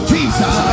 Jesus